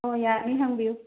ꯍꯣꯏ ꯌꯥꯅꯤ ꯍꯪꯕꯤꯌꯨ